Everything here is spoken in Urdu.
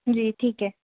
جی ٹھیک ہے